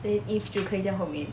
then eve 就可以在后面